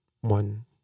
one